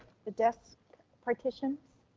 the desk partition.